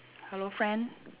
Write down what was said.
hello friend